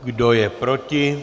Kdo je proti?